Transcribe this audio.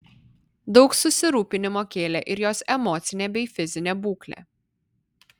daug susirūpinimo kėlė ir jos emocinė bei fizinė būklė